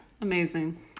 Amazing